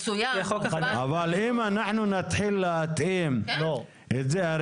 אבל אם אנחנו נתחיל להתאים את זה, הרי